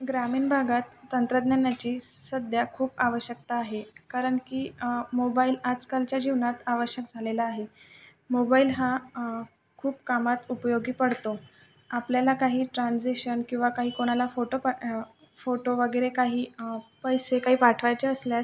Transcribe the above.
ग्रामीण भागात तंत्रज्ञानाची सध्या खूप आवश्यकता आहे कारण की मोबाईल आजकालच्या जीवनात आवश्यक झालेला आहे मोबाईल हा खूप कामात उपयोगी पडतो आपल्याला काही ट्रांजेशन किंवा काही कोणाला फोटो पाठ फोटो वगैरे काही पैसे काही पाठवायचे असल्यास